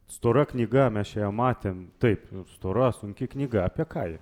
stora knyga mes čia ją matėm taip stora sunki knyga apie ką ji